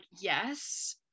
yes